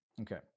Okay